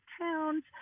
towns